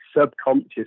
Subconscious